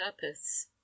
purpose